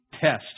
test